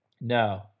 No